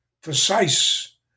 precise